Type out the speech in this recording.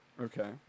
Okay